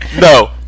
No